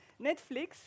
Netflix